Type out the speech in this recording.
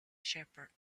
shepherd